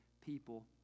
people